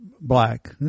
black